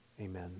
amen